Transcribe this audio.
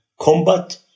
combat